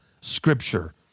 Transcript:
Scripture